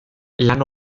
lan